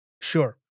Sure